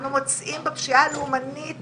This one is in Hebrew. אנחנו מוצאים בפשיעה הלאומנית